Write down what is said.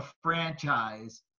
franchise